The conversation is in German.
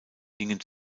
gingen